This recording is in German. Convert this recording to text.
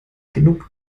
genug